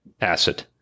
acid